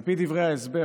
על פי דברי ההסבר,